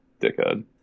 dickhead